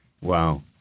Wow